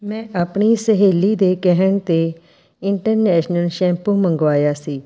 ਮੈਂ ਆਪਣੀ ਸਹੇਲੀ ਦੇ ਕਹਿਣ 'ਤੇ ਇੰਟਰਨੈਸ਼ਨਲ ਸ਼ੈਂਪੂ ਮੰਗਵਾਇਆ ਸੀ